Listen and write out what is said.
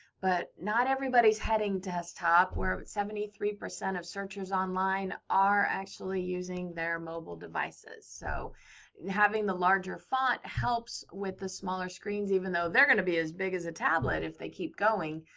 but not everybody is heading desktop, or seventy three percent of searches online are actually using their mobile devices. so having the larger font helps with the smaller screens even though they're going to be as big as a tablet if they keep going.